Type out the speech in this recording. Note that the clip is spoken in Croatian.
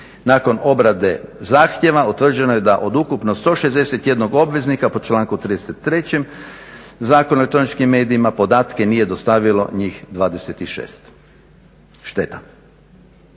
Nakon obrade zahtjeva utvrđeno je da od ukupno 161 obveznika po članku 33. Zakona o elektroničkim medijima, podatke nije dostavilo njih 26. Šteta.